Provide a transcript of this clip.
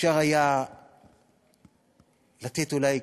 אפשר היה לתת אולי